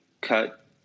cut